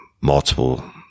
multiple